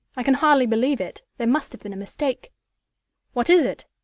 i can hardly believe it there must have been a mistake what is it?